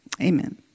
amen